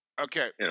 Okay